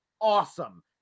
awesome